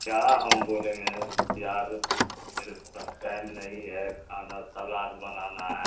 کیا ہم بولیں گے یار میرے پاس ٹائم نہیں ہے کھانا سلاد بنانا ہے